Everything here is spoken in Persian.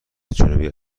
جنوبی